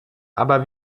aber